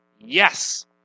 Yes